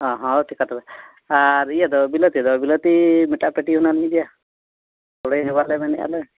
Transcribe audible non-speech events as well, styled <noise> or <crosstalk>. ᱦᱮᱸ ᱦᱮᱸ ᱴᱷᱤᱠᱟ ᱛᱚᱵᱮ ᱟᱨ ᱤᱭᱟᱹᱫᱚ ᱵᱤᱞᱟᱹᱛᱤᱫᱚ ᱵᱤᱞᱟᱹᱛᱤ ᱢᱤᱫᱴᱟᱜ ᱯᱮ ᱴᱤ ᱚᱱᱟᱞᱤᱧ ᱤᱫᱤᱭᱟ <unintelligible> ᱵᱟᱞᱮ ᱢᱮᱱᱮᱫᱼᱟᱞᱮ